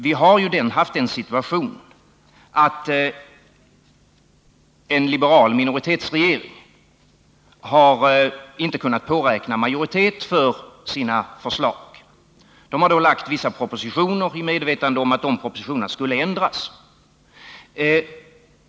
Vi har ju haft den situationen att en liberal minoritetsregering inte har kunnat påräkna majoritet för sina förslag. Regeringen har då lagt fram vissa propositioner, i medvetande om att de propositionerna skulle ändras.